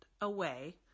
away